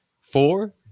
Four